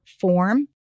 form